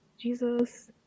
Jesus